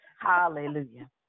Hallelujah